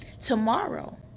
tomorrow